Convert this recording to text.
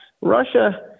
Russia